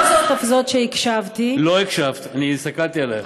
לא רק זאת שהקשבתי, לא הקשבת, אני הסתכלתי עלייך.